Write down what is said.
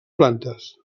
plantes